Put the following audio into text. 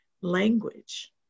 language